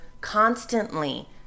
constantly